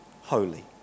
holy